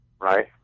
right